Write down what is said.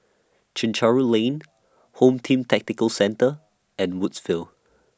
Chencharu Lane Home Team Tactical Centre and Woodsville